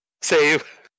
Save